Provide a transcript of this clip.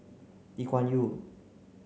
Lee Kuan Yew